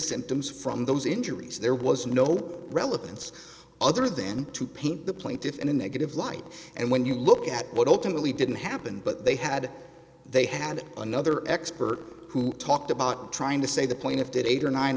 symptoms from those injuries there was no relevance other than to paint the plaintiffs in a negative light and when you look at what ultimately didn't happen but they had they had another expert who talked about trying to say the point of did eight or nine